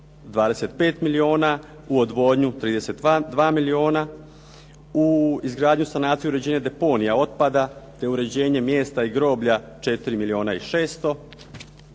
25 milijuna, u odvodnju 32 milijuna, u izgradnju, sanaciju, uređenje deponija otpada te uređenje mjesta i groblja 4 milijuna i 600 tisuća